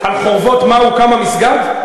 על חורבות מה הוקם המסגד?